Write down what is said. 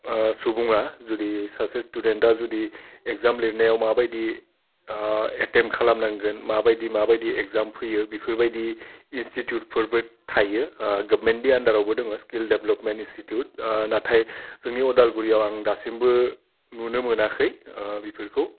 सुबुङा जुदि सासे स्टुदेन्टआ जुदि एग्जाम लिरनायाव माबायदि एटेमप्ट खालामनांगोन माबायदि माबायदि एग्जाम होयो बिफोर बायदि इनस्टिटिउटफोरबो थायो गभमेन्टनि आन्दारावबो दङ स्किल देभ्बापमेन्ट इनस्टिटिउट नाथाय जोंनि अदालगुरियाव आं दासिबो नुनो मोनाखै बिफोरखौ